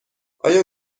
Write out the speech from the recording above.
آیا